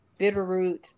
Bitterroot